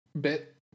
bit